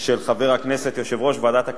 של חבר הכנסת, יושב-ראש ועדת הכלכלה,